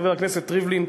חבר הכנסת ריבלין,